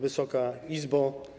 Wysoka Izbo!